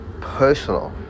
Personal